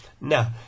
Now